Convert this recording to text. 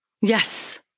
Yes